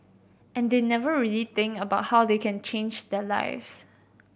and they never really think about how they can change their lives